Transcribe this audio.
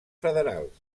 federals